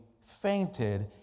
fainted